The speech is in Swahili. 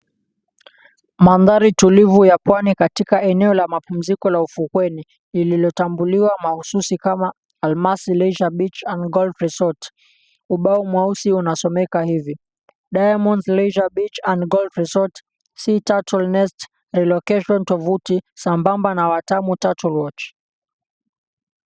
Mandhari tulivu ya pwani katika la mapumziko ufukweni lililotambuliwa mahususi kama, Almasi Leisure Beach Angle Resort, ubao mweusi unasimeka hivi, Diamonds Leisure Beach And Golf Resort Sea Turtle Nest Relocation tovoti sambamba na, Watamu Turtle Watch.